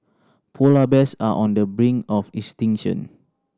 polar bears are on the brink of extinction